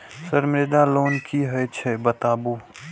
Sir Mudra loan की हे छे बताबू?